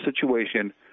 situation